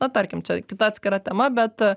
na tarkim čia kita atskira tema bet